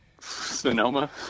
Sonoma